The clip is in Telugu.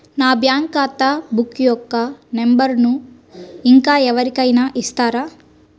నా బ్యాంక్ ఖాతా బుక్ యొక్క నంబరును ఇంకా ఎవరి కైనా ఇస్తారా?